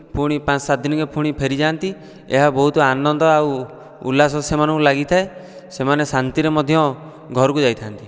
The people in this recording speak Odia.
ପୁଣି ପାଞ୍ଚ ସାତ ଦିନକେ ପୁଣି ଫେରିଯାନ୍ତି ଏହା ବହୁତ ଆନନ୍ଦ ଆଉ ଉଲ୍ଲାସ ସେମାନଙ୍କୁ ଲାଗିଥାଏ ସେମାନେ ଶାନ୍ତିରେ ମଧ୍ୟ ଘରକୁ ଯାଇଥାନ୍ତି